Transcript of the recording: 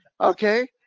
Okay